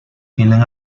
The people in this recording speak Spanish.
tienden